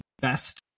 best